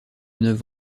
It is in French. neuf